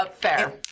Fair